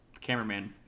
cameraman